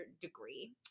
degree